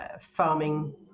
farming